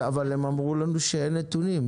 אבל הם אמרו לנו שאין נתונים.